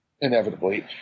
inevitably